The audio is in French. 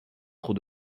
trop